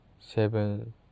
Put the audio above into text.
seven